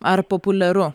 ar populiaru